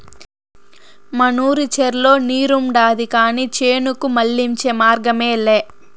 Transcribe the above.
మనూరి చెర్లో నీరుండాది కానీ చేనుకు మళ్ళించే మార్గమేలే